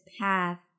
path